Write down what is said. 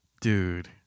Dude